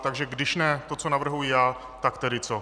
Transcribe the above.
Takže když ne to, co navrhuji já, tak tedy co?